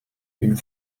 une